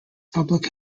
public